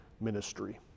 ministry